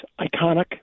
iconic